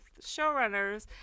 showrunners